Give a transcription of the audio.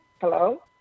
Hello